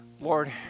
Lord